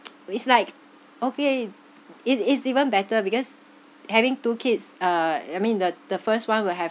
it's like okay it is even better because having two kids uh I mean the the first one will have